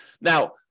Now